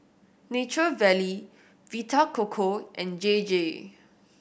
Nature Valley Vita Coco and J J